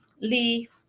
Lee